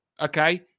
Okay